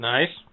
Nice